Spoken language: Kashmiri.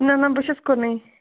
نہَ نہَ بہٕ چھَس کُنے